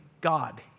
God